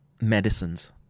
medicines